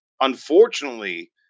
unfortunately